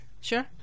Sure